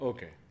Okay